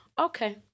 okay